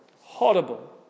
Horrible